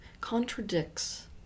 contradicts